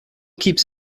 keeps